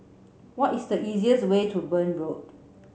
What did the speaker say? what is the easiest way to Burn Road